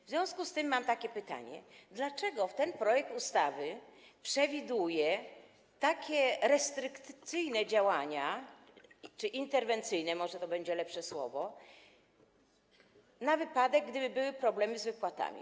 W związku z tym mam takie pytanie: Dlaczego ten projekt ustawy przewiduje takie restrykcyjne działania, czy interwencyjne, może to będzie lepsze słowo, na wypadek gdyby były problemy z wypłatami?